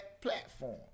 platform